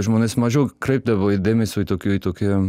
žmonės mažiau kreipdavo į dėmesio į tokį tokį